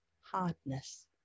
hardness